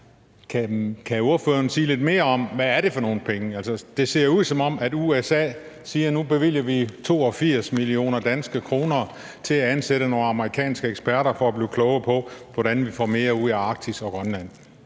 Kan ordføreren sige lidt mere om, hvad de penge skal gå til? Det ser ud, som om USA siger: Nu bevilger vi 82 mio. kr. til at ansætte nogle amerikanske eksperter for at blive klogere på, hvordan vi får mere ud af Arktis og Grønland